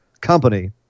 company